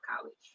college